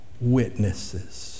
witnesses